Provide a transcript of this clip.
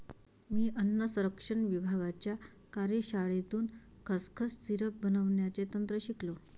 मी अन्न संरक्षण विभागाच्या कार्यशाळेतून खसखस सिरप बनवण्याचे तंत्र शिकलो